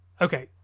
Okay